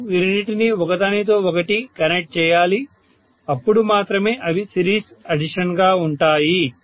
అంటే ప్లస్ మరియు minus opposite పొలారిటీలను ఒకదానితో ఒకటి కనెక్ట్ చేయాలి అప్పుడు మాత్రమే అవి సిరీస్ అడిషన్ గా ఉంటాయి